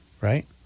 Right